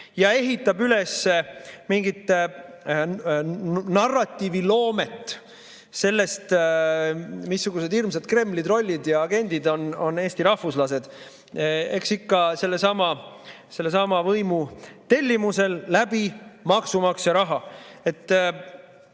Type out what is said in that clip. ja ehitab üles mingit narratiiviloomet sellest, missugused hirmsad Kremli trollid ja agendid on Eesti rahvuslased. Eks ikka sellesama võimu tellimusel maksumaksja raha abil.